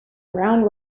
round